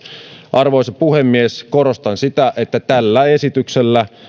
arvoisa puhemies korostan sitä että tällä esityksellä